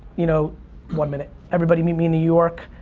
you know one minute, everybody meet me in new york.